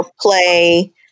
play